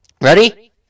Ready